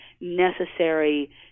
necessary